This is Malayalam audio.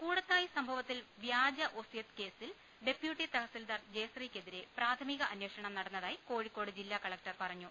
കൂടത്തായി സംഭവത്തിൽ വ്യാജ ഒസ്യത്ത് കേസിൽ ഡെപ്യൂട്ടി തഹസിൽദാർ ജയശ്രീക്കെതിരെ പ്രാഥമിക അന്വേഷണം നടന്ന തായി കോഴിക്കോട് ജില്ലാ കലക്ടർ പറഞ്ഞു